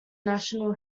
national